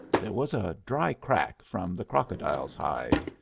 there was a dry crack from the crocodile's hide.